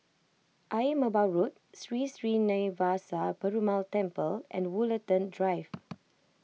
Ayer Merbau Road Sri Srinivasa Perumal Temple and Woollerton Drive